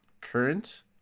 current